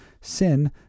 Sin